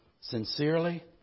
Sincerely